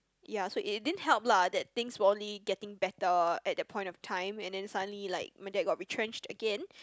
ya so it it didn't help lah that things were only getting better at that point of time and then suddenly like my dad got retrenched again